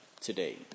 today